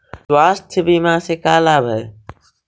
स्वास्थ्य बीमा से का लाभ है?